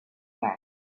back